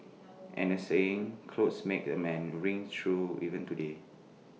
and the saying clothes make the man rings true even today